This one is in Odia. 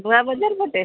ଗୁଆ ବଜାର ପଟେ